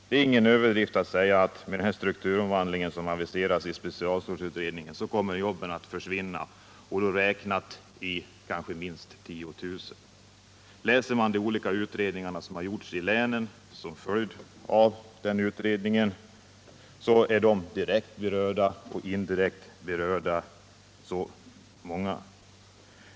Det är ingen överdrift att säga att med den strukturomvandling som aviseras av specialstålutredningen kommer jobben att försvinna — räknat i kanske tiotusental. Läser man de olika utredningar som gjorts i länen som följd av specialstålutredningen, finner man att de direkt och indirekt berörda är så många.